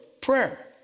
prayer